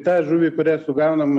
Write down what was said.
tą žuvį kurią sugaunam